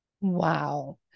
Wow